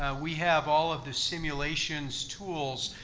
ah we have all of the simulations tools,